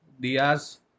Diaz